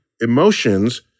emotions